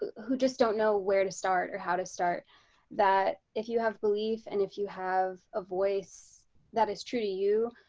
who just don't know where to start or how to start that if you have belief and if you have a voice that is true to you,